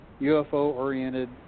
UFO-oriented